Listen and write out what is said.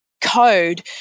code